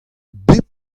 bep